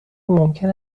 ممکن